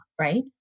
right